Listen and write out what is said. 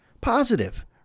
positive